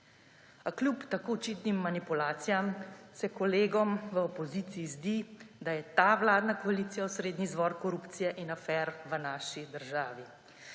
A kljub tako očitnim manipulacijam, se kolegom v opoziciji zdi, da je ta vladna koalicija osrednji izvor korupcije in afer v naši državi.